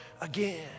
again